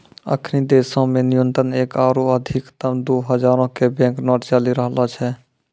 अखनि देशो मे न्यूनतम एक आरु अधिकतम दु हजारो के बैंक नोट चलि रहलो छै